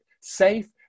safe